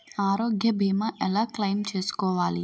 ఆరోగ్య భీమా ఎలా క్లైమ్ చేసుకోవాలి?